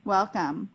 Welcome